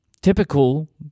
Typical